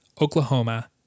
Oklahoma